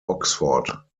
oxford